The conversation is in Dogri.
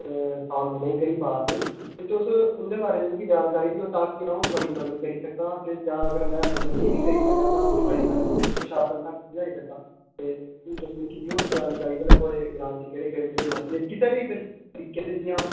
साल्व नेईं करी पा दे ते तुस उं'दे बारे च मिगी जानकारी देओ तां कि अ'ऊं थुआढ़ी मदद करी सकां ते जां अगर में मदद नेईं बी करी पाए तां अ'ऊं थुआढ़ी गल्ल प्रशासन तक पजाई सकां ते हून तुस मिगी देओ हां जानकारी भला थुआढ़े ग्रां बिच्च केह्ड़े केह्ड़े मसले न किसे बी तरीके दे जियां